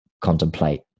contemplate